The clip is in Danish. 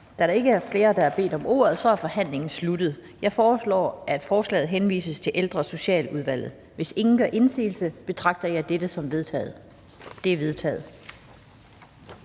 Da der ikke er flere, der har bedt om ordet, er forhandlingen sluttet. Jeg foreslår, at forslaget til folketingsbeslutning henvises til Social- og Ældreudvalget. Hvis ingen gør indsigelse, betragter jeg dette som vedtaget. Det er vedtaget.